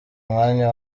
umwanya